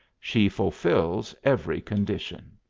she fulfils every condition.